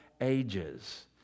ages